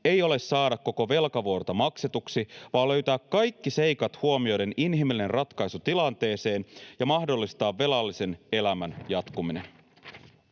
ei ole saada koko velkavuorta maksetuksi vaan löytää kaikki seikat huomioiden inhimillinen ratkaisu tilanteeseen ja mahdollistaa velallisen elämän jatkuminen.